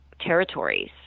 territories